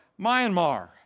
Myanmar